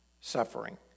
suffering